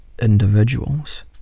individuals